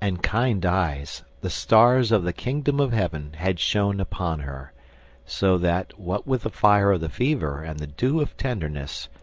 and kind eyes, the stars of the kingdom of heaven, had shone upon her so that, what with the fire of the fever and the dew of tenderness,